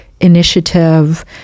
initiative